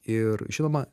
ir žinoma